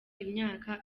imyaka